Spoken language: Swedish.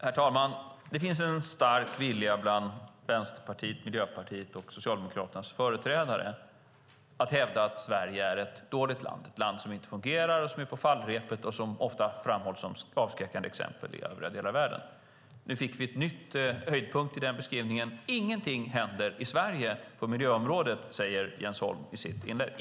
Herr talman! Det finns en stark vilja bland Vänsterpartiets, Miljöpartiets och Socialdemokraternas företrädare att hävda att Sverige är ett dåligt land, ett land som inte fungerar, som är på fallrepet och som ofta framhålls som avskräckande exempel i övriga delar av världen. Nu fick vi en ny höjdpunkt i beskrivningen, nämligen att ingenting händer i Sverige på miljöområdet. Det sade Jens Holm i sitt inlägg.